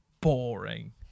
boring